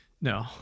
No